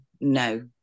no